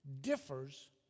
differs